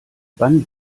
wann